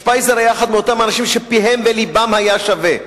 שפייזר היה אחד מאותם אנשים שפיהם ולבם שווים.